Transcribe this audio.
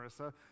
Marissa